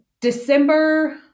December